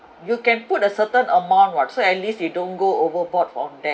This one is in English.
you can put a certain amount [what] so at least you don't go overboard from there